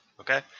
Okay